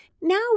now